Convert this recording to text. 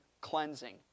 cleansing